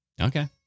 Okay